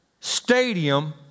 stadium